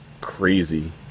crazy